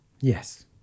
Yes